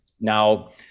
Now